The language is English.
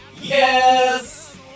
Yes